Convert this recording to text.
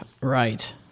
Right